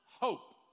hope